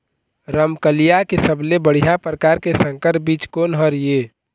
रमकलिया के सबले बढ़िया परकार के संकर बीज कोन हर ये?